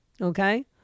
okay